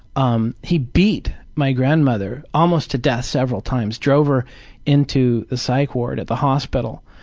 um he beat my grandmother almost to death several times. drove her into the psych ward at the hospital.